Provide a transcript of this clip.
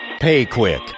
PayQuick